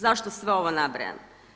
Zašto sve ovo nabrajam?